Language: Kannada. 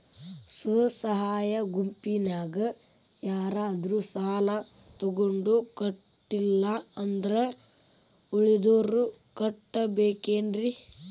ಸ್ವ ಸಹಾಯ ಗುಂಪಿನ್ಯಾಗ ಯಾರಾದ್ರೂ ಸಾಲ ತಗೊಂಡು ಕಟ್ಟಿಲ್ಲ ಅಂದ್ರ ಉಳದೋರ್ ಕಟ್ಟಬೇಕೇನ್ರಿ?